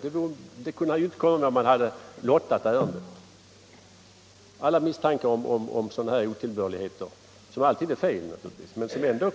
Om man i stället lottade ärendena skulle man slippa alla misstankar om sådana otillbörligheter, som naturligtvis alltid är fel. Det är ändå